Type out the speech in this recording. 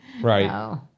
Right